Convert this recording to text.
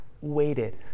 waited